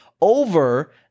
Over